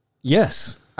Yes